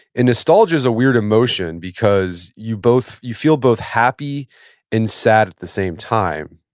and nostalgia's a weird emotion because you both, you feel both happy and sad at the same time,